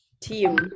Team